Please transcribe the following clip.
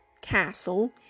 castle